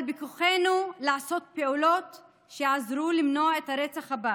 אבל בכוחנו לעשות פעולות שיעזרו למנוע את הרצח הבא